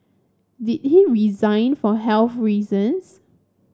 did he resign for health reasons